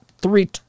three